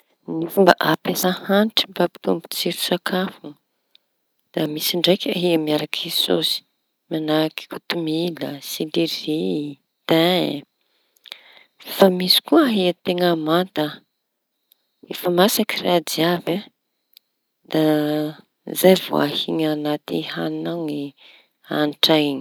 Ny fomba fampiasa hanitry mba ampitombo tsiro sakafo. Da misy ndraiky ahiaña miaraky saosy mañahaky kotomila, selery, tain fa misy koa ahian-teña manta. Efa masaka raha jiaby da zay vao ahia añaty hañi ao ny hañitry iñy.